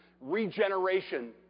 regeneration